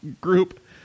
group